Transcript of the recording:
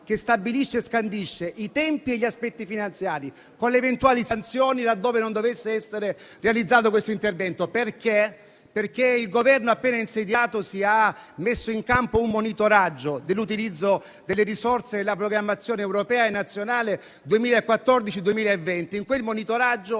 che stabilisce e scandisce i tempi e gli aspetti finanziari, con le eventuali sanzioni laddove non dovesse essere realizzato questo intervento. Questo perché il Governo, appena insediato, ha messo in campo un monitoraggio dell'utilizzo delle risorse della programmazione europea e nazionale per